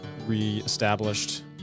re-established